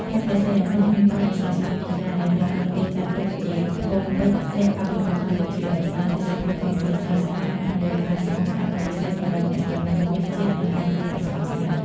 ខេត្តព្រះសីហនុមានកោះដ៏ស្រស់ស្អាតជាច្រើន ដែលត្រូវបានគេចាត់ទុកជាត្បូងពេជ្រលាក់កំបាំងរបស់កម្ពុជា ដោយផ្ដល់ទេសភាពធម្មជាតិស្រស់ស្អាត និងបរិយាកាសស្ងប់ស្ងាត់ដ៏ពិសេសសម្រាប់អ្នកស្រឡាញ់ធម្មជាតិ និងការសម្រាកស្ងប់ស្ងាត់។